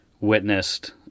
witnessed